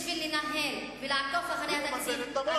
בשביל לנהל ולעקוב אחר התקציב,